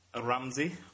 Ramsey